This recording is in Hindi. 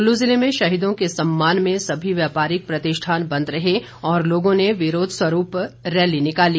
कुल्लू ज़िले में शहीदों के सम्मान में सभी व्यापारिक प्रतिष्ठान बंद रहे और लोगों ने विरोध स्वरूप रैली निकाली